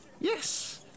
Yes